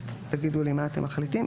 אז תגידו לי מה אתם מחליטים.